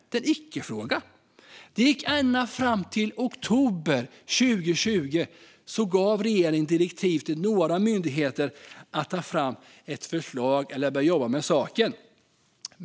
Det är en icke-fråga. Det tog ända fram till oktober 2020 tills regeringen gav direktiv till några myndigheter att ta fram ett förslag eller att börja jobba med saken.